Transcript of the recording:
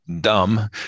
dumb